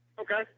Okay